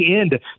end